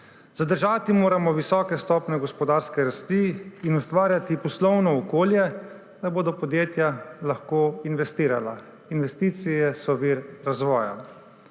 Zadržati moramo visoke stopnje gospodarske rasti in ustvarjati poslovno okolje, da bodo podjetja lahko investirala. Investicije so vir razvoja.